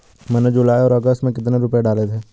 मैंने जुलाई और अगस्त में कितने रुपये डाले थे?